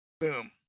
Boom